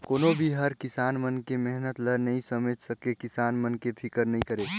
कोनो भी हर किसान मन के मेहनत ल नइ समेझ सके, किसान मन के फिकर नइ करे